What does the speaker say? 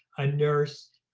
a nurse,